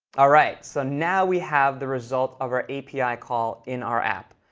all right, so now we have the result of our api call in our app.